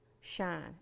shine